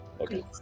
Okay